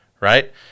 right